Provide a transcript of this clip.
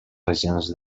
regions